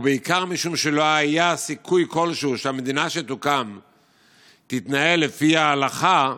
ובעיקר משום שלא היה סיכוי כלשהו שהמדינה שתוקם תתנהל לפי ההלכה,